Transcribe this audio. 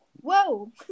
Whoa